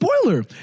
spoiler